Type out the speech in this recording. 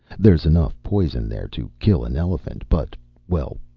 there's enough poison there to kill an elephant, but well,